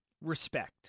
respect